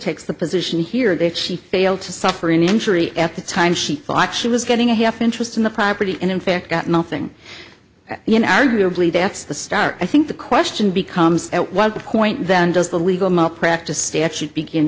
takes the position here that she failed to suffer an injury at the time she thought she was getting a half interest in the property and in fact got nothing you know arguably that's the start i think the question becomes at what point then does the legal malpractise statute begin